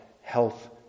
health